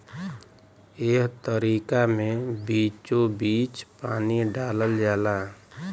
एह तरीका मे बीचोबीच पानी डालल जाला